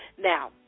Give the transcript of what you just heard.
Now